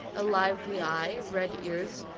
a lively eye, red ears,